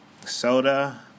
soda